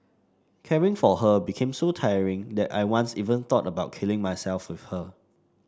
caring for her became so tiring that I once even thought of killing myself with her